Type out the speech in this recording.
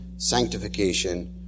sanctification